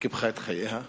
קיפחה בה את חייה,